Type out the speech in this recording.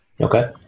Okay